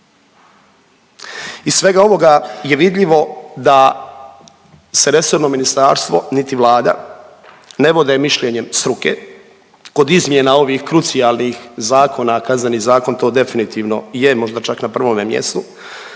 Iz svega ovoga je vidljivo da se resorno ministarstvo, niti Vlada ne vode mišljenjem struke kod izmjena ovih krucijalnih zakona, a Kazneni zakon to definitivno je, možda čak na prvome mjestu